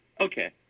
Okay